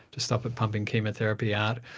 to stop it pumping chemotherapy out,